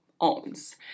owns